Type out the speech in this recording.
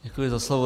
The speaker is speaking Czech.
Děkuji za slovo.